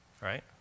right